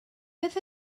beth